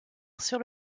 sur